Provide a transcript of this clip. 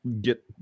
get